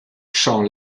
sean